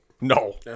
No